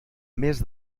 més